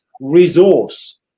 resource